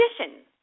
condition